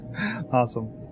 Awesome